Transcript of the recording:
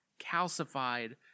calcified